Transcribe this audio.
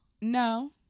No